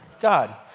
God